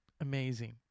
amazing